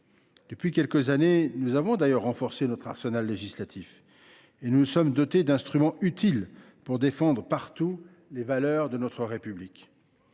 Depuis quelques années, nous avons d’ailleurs renforcé notre arsenal législatif, nous dotant d’instruments utiles pour défendre partout les valeurs de notre République.